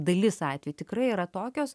dalis atvejų tikrai yra tokios